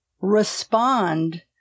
respond